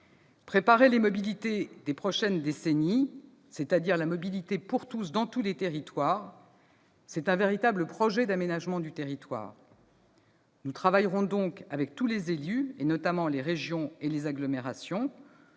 Préparer les mobilités des prochaines décennies, c'est-à-dire la mobilité pour tous et dans tous les territoires, est un véritable projet d'aménagement du territoire. Nous travaillerons donc avec tous les élus, ainsi qu'avec les régions et les agglomérations.